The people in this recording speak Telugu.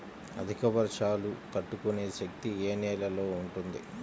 అధిక వర్షాలు తట్టుకునే శక్తి ఏ నేలలో ఉంటుంది?